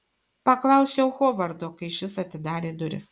paklausiau hovardo kai šis atidarė duris